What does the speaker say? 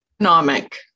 economic